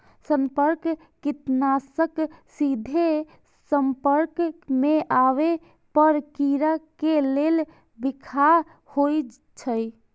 संपर्क कीटनाशक सीधे संपर्क मे आबै पर कीड़ा के लेल बिखाह होइ छै